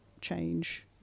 change